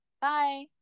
bye